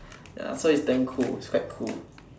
ya so it's damn cool it's quite cool